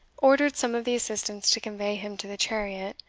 ordered some of the assistants to convey him to the chariot,